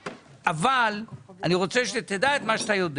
אבל אני רוצה שתדע את מה שאתה יודע